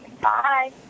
Bye